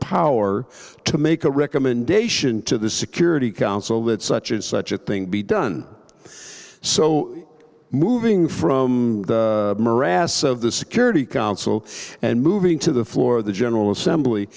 power to make a recommendation to the security council that such and such a thing be done so moving from the morass of the security council and moving to the floor of the general assembly